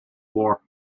war